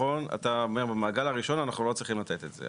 אתה אומר שבמעגל הראשון אנחנו לא צריכים לתת את זה.